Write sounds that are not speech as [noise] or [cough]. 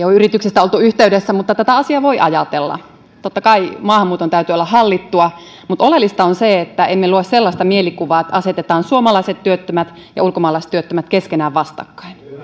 [unintelligible] ole yrityksistä oltu yhteydessä mutta tätä asiaa voi ajatella totta kai maahanmuuton täytyy olla hallittua mutta oleellista on se että emme luo sellaista mielikuvaa että asetetaan suomalaiset työttömät ja ulkomaalaiset työttömät keskenään vastakkain